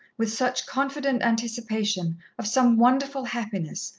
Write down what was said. with such confident anticipation of some wonderful happiness,